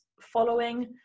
following